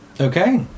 Okay